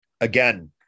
again